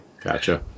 Gotcha